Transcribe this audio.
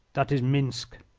that is minsk.